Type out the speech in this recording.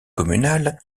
communal